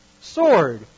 sword